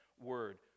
Word